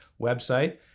website